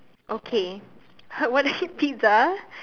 okay what is pizza